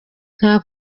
nta